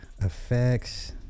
Effects